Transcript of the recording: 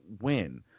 win